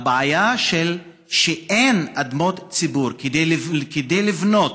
הבעיה היא שאין אדמות ציבור כדי לבנות